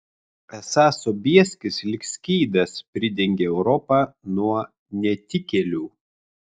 esą sobieskis lyg skydas pridengė europą nuo netikėlių